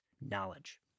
knowledge